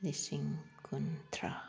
ꯂꯤꯁꯤꯡ ꯀꯨꯟꯊ꯭ꯔꯥ